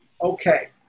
Okay